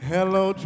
Hello